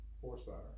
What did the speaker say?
horsepower